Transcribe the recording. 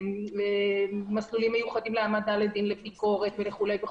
ומסלולים מיוחדים להעמדה לדין לביקורת וכולי.